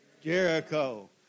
Jericho